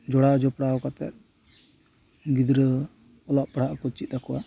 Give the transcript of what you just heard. ᱡᱚᱲᱟᱣ ᱡᱚᱯᱲᱟᱣ ᱠᱟᱛᱮᱜ ᱜᱤᱫᱽᱨᱟᱹ ᱚᱞᱚᱜ ᱯᱟᱲᱦᱟᱜ ᱠᱚ ᱪᱮᱫ ᱟᱠᱚᱣᱟ